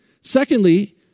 Secondly